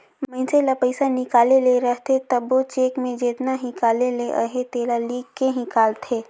मइनसे ल पइसा हिंकाले ले रहथे तबो चेक में जेतना हिंकाले ले अहे तेला लिख के हिंकालथे